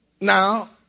Now